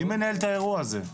מי מנהל את האירוע הזה?